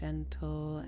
Gentle